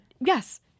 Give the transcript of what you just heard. Yes